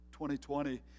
2020